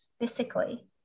physically